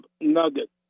Nugget